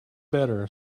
better